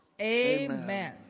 Amen